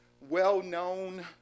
well-known